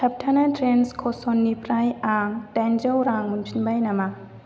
थाबथानाय ट्रेन्स कसननिफ्राय आं डाइनजौ रां मोनफिनबाय नामा